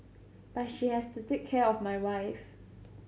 but she has to take care of my wife